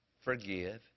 forgive